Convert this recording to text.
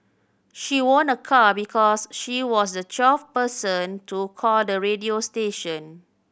she won a car because she was the twelfth person to call the radio station